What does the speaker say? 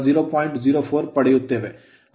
04 ಪಡೆಯುತ್ತೇವೆ